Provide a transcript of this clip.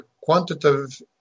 quantitative